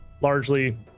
largely